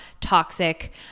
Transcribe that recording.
toxic